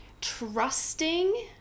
Trusting